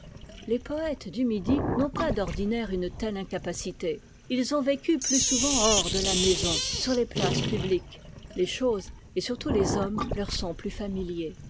les poëtes du midi n'ont pas d'ordinaire une telle incapacité ils ont vécu plus souvent hors de la maison sur les places publiques les choses et surtout les hommes leur sont plus familiers